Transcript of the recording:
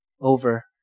over